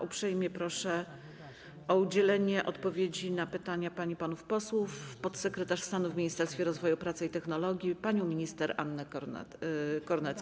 Uprzejmie proszę o udzielenie odpowiedzi na pytania pań i panów posłów podsekretarz stanu w Ministerstwie Rozwoju, Pracy i Technologii panią minister Annę Kornecką.